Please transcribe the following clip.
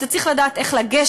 אתה צריך לדעת איך לגשת,